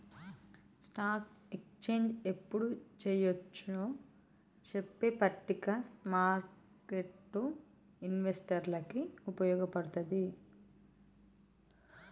stock exchange యెప్పుడు చెయ్యొచ్చో చెప్పే పట్టిక స్మార్కెట్టు ఇన్వెస్టర్లకి వుపయోగపడతది